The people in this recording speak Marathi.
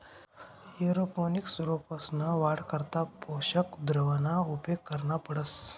एअरोपोनिक्स रोपंसना वाढ करता पोषक द्रावणना उपेग करना पडस